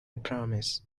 promise